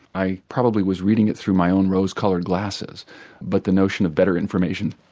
i probably was reading it through my own rose coloured glasses but the notion of better information.